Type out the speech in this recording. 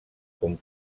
com